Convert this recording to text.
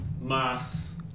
mass